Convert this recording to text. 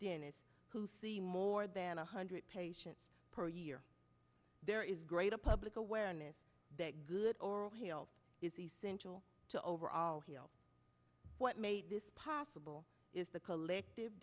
dentist who see more than one hundred patients per year there is greater public awareness that good oral health is essential to overall here what made this possible is the collective